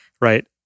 Right